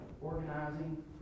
organizing